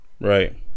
Right